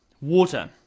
Water